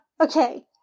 okay